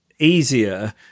easier